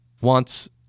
wants